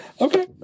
Okay